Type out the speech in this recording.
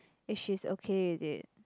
if she's okay with it